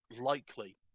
likely